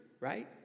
Right